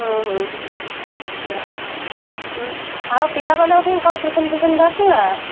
ହୁଁ ହୁଁ ହୁଁ ଆଃ ହୁଁ ଆଉ ପିଲାମାନଙ୍କ ପାଇଁ କଣ ଟିଫିନ୍ ଫିଫିନ୍ ଧରିଥିବା